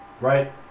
Right